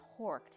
horked